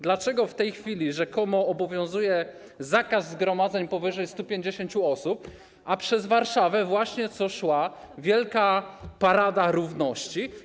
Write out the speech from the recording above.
Dlaczego w tej chwili rzekomo obowiązuje zakaz zgromadzeń powyżej 150 osób, a przez Warszawę właśnie przeszła wielka parada równości?